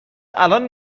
الان